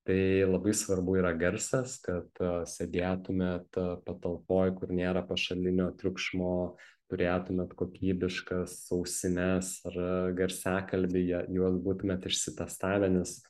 tai labai svarbu yra garsas kad sėdėtumėt patalpoj kur nėra pašalinio triukšmo turėtumėt kokybiškas ausines ar garsiakalbį ja juos būtumėt išsitestavę nes